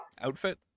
Outfit